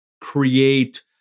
create